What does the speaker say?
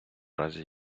разі